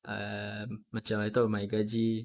err macam I tahu my gaji